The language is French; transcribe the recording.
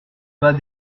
bas